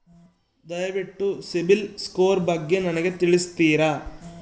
ದಯವಿಟ್ಟು CIBIL score ಬಗ್ಗೆ ನನಗೆ ತಿಳಿಸ್ತೀರಾ?